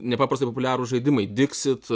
nepaprastai populiarūs žaidimai dixit